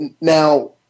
Now